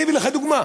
אני אביא לך דוגמה: